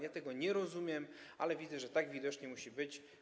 Ja tego nie rozumiem, ale widzę, że tak widocznie musi być.